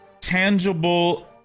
tangible